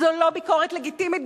זו לא ביקורת לגיטימית,